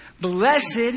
Blessed